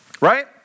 Right